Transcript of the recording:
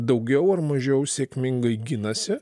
daugiau ar mažiau sėkmingai ginasi